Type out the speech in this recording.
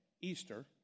Easter